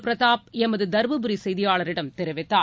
பிரதாப் எமது தருமபுரி செய்தியாளரிடம் தெரிவித்தார்